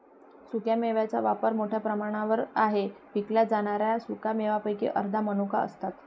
सुक्या मेव्यांचा वापर मोठ्या प्रमाणावर आहे विकल्या जाणाऱ्या सुका मेव्यांपैकी अर्ध्या मनुका असतात